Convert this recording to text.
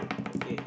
okay